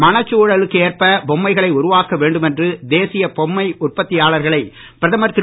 மனச் குழலுக்கு ஏற்ப பொம்மைகளை உருவாக்க வேண்டும் என்று தேசிய பொம்மை உற்பத்தியாளர்களை பிரதமர் திரு